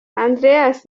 andreas